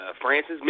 francis